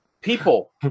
people